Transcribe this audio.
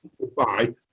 goodbye